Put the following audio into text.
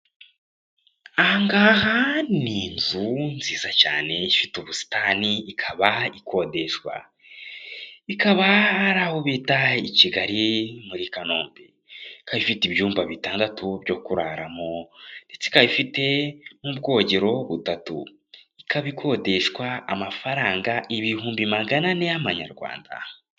Aha ni inzu nziza cyane ifite ubusitani ikaba ikodeshwa. Ikaba ari aho bita i Kigali muri Kanombe. Ikaba ifite ibyumba bitandatu byo kuraramo, ndetse ikaba ifite n'ubwogero butatu. Ikaba ikodeshwa amafaranga ibihumbi magana ane y'amanyarwanda.